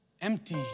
empty